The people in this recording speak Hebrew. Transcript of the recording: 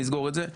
נסגור את זה.